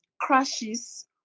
crashes